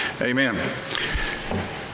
Amen